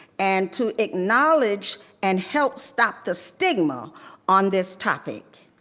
and to acknowledge and help stop the stigma on this topic.